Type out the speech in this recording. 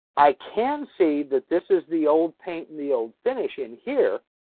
i can see that this is the old paint and the old finish in here.